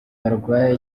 barwaye